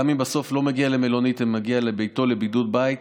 גם אם בסוף לא מגיע למלונית ומגיע לביתו לבידוד בית,